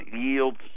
yields